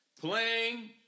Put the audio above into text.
playing